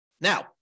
Now